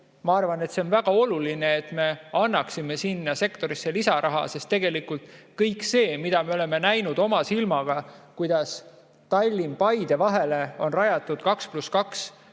Ma arvan, et see on väga oluline, et me annaksime sinna sektorisse lisaraha. Tegelikult kõik see, mida me oleme näinud oma silmaga, kuidas Tallinna ja Paide vahele on rajatud 2 + 2